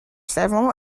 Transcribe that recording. several